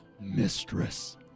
mistress